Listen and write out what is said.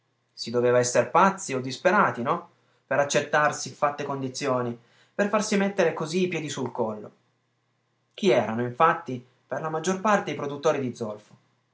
si doveva esser pazzi o disperati no per accettar siffatte condizioni per farsi mettere così i piedi sul collo chi erano infatti per la maggior parte i produttori di zolfo